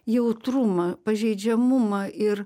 jautrumą pažeidžiamumą ir